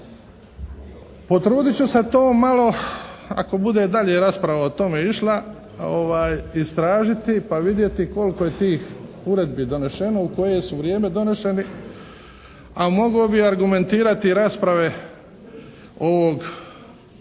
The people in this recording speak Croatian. Potrudit ću se to malo, ako bude dalje rasprava o tome išla, istražiti pa vidjeti koliko je tih uredbi donešeno, u koje su vrijeme doneseni, a mogao bi argumentirati rasprave ovog,